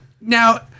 Now